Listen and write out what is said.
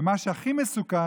ומה שהכי מסוכן,